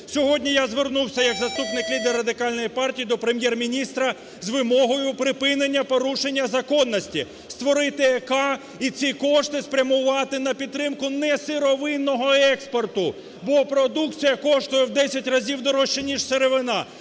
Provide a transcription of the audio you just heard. Сьогодні я звернувся як заступник лідера Радикальної партії до Прем'єр-міністра з вимогою припинення порушення законності, створити ЕКА і ці кошти спрямувати на підтримку несировинного експорту, бо продукція коштує в 10 разів дорожче ніж сировина.